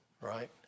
right